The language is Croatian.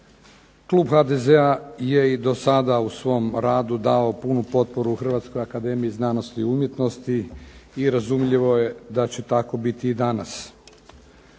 Klub HDZ-a je i dosada u svom radu dao punu potporu Hrvatskoj akademiji znanosti i umjetnosti i razumljivo je da će tako biti i danas.